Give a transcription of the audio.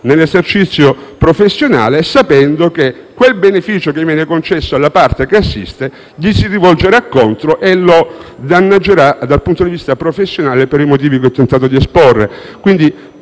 nell'esercizio professionale, sapendo che il beneficio che viene concesso alla parte che assiste gli si rivolgerà contro e lo danneggerà dal punto di vista professionale per i motivi che ho tentato di esporre.